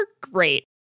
great